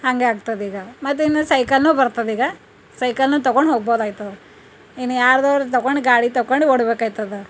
ಹಂಗೆ ಆಗ್ತದ ಈಗ ಮತ್ತು ಇನ್ನು ಸೈಕಲ್ನೂ ಬರ್ತದ ಈಗ ಸೈಕಲ್ನು ತಗೊಂಡ್ಹೋಗ್ಬೋದಾಯ್ತು ಇನ್ನು ಯಾರ್ದಾರು ತಕೊಂಡು ಗಾಡಿ ತಕೊಂಡು ಓಡಬೇಕಾಯ್ತದ